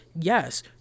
Yes